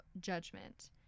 judgment